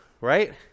right